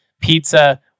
pizza